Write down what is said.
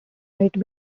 might